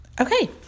Okay